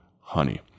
honey